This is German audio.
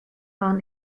waren